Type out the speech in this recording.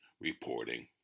reporting